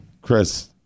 Chris